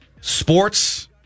Sports